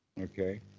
Okay